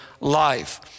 life